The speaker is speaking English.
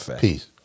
Peace